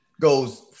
goes